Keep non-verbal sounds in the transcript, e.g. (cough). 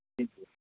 (unintelligible)